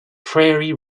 prairie